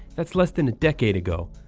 that's less than a decade ago.